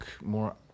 more